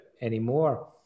anymore